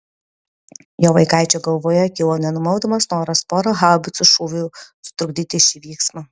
jo vaikaičio galvoje kilo nenumaldomas noras pora haubicų šūvių sutrukdyti šį vyksmą